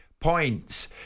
points